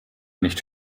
nicht